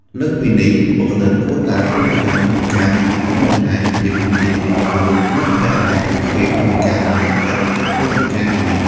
លើសពីនេះ បុគ្គលិកគួរតែប្រុងប្រយ័ត្នក្នុងការមិនបង្ហាញភាពលម្អៀងចំពោះមិត្តភក្តិរបស់ពួកគេក្នុងការសម្រេចចិត្តទាក់ទងនឹងការងារ។